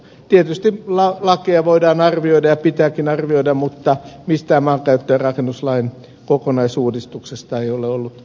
tietysti lakeja voidaan arvioida ja pitääkin arvioida mutta mistään maankäyttö ja rakennuslain kokonaisuudistuksesta ei ole ollut puhetta